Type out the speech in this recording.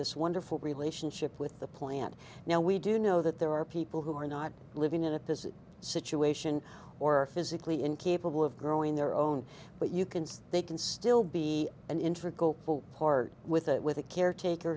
this wonderful relationship with the plant now we do know that there are people who are not living at this situation or physically incapable of growing their own but you can see they can still be an intricate part with a with a caretaker